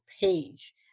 page